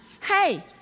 hey